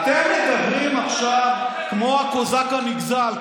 אלי, כאילו: